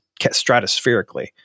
stratospherically